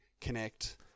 connect